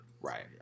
Right